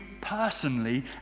personally